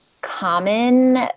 common